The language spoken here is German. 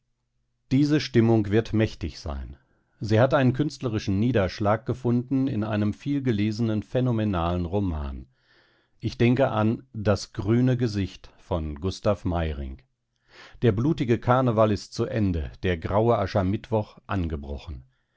diese stimmung wird mächtig sein sie hat einen künstlerischen niederschlag gefunden in einem vielgelesenen phänomenalen roman ich denke an das grüne gesicht von gustav meyrinck der blutige karneval ist zu ende der graue aschermittwoch angebrochen